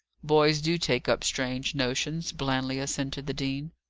boys do take up strange notions, blandly assented the dean.